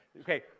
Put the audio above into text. okay